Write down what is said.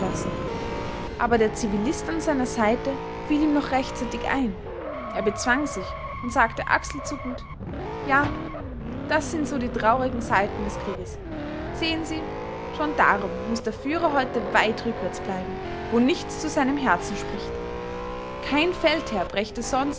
aber der zivilist an seiner seite fiel ihm noch rechtzeitig ein er bezwang sich und sagte achselzuckend ja das sind so die traurigen seiten des krieges sehen sie schon darum muß der führer heute weit rückwärts bleiben wo nichts zu seinem herzen spricht kein feldherr brächte sonst